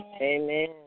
amen